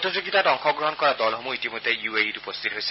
প্ৰতিযোগিতাত অংশগ্ৰহণ কৰা দলসমূহ ইতিমধ্যে ইউ এ ইত উপস্থিত হৈছে